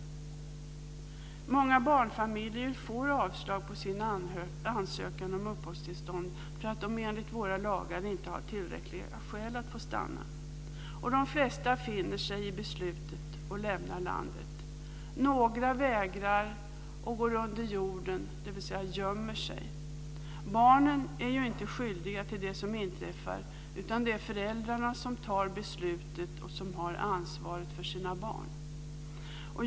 Många barnfamiljer får avslag på sin ansökan om uppehållstillstånd för att de enligt våra lagar inte har tillräckliga skäl för att få stanna. De flesta finner sig i beslutet och lämnar landet. Några vägrar och går under jorden, dvs. gömmer sig. Barnen är inte skyldiga till det som inträffar, utan det är föräldrarna som fattar beslutet och som har ansvaret för sina barn.